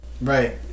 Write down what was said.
right